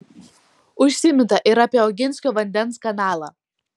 užsiminta ir apie oginskio vandens kanalą